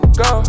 go